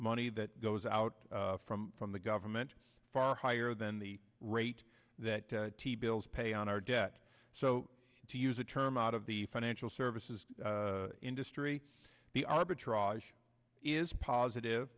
money that goes out from from the government far higher than the rate that t bills pay on our debt so to use the term out of the financial services industry the arbitrage is positive